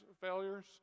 failures